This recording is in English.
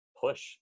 push